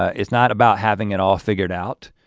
it's not about having it all figured out,